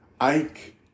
Ike